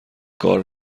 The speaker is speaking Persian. کار